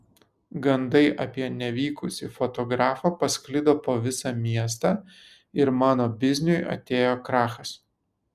gandai apie nevykusį fotografą pasklido po visą miestą ir mano bizniui atėjo krachas